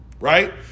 Right